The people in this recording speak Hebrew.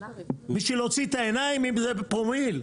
בשביל להוציא את העיניים אם זה בפרומיל.